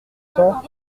cent